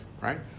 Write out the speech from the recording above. right